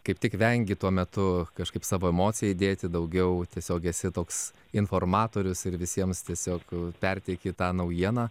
kaip tik vengi tuo metu kažkaip savo emociją įdėti daugiau tiesiog esi toks informatorius ir visiems tiesiog perteiki tą naujieną